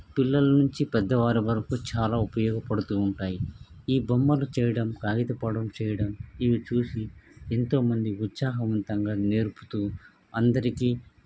పిల్లలు నుంచి పెద్దవారి వరకు చాలా ఉపయోగపడుతు ఉంటాయి ఈ బొమ్మలు చేయడం కాగిత పడవలు చేయడం ఇవి చూసి ఎంతో మంది ఉత్సాహవంతంగా నేర్పుతు అందరికి